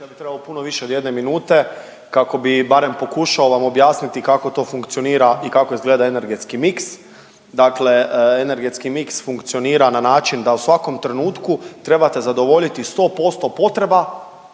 ja bi trebao puno više od 1 minute kako bi barem pokušao vam objasniti kako to funkcionira i kako izgleda energetski miks. Dakle, energetski miks funkcionira na način da su svakom trenutku trebate zadovoljiti 100% potreba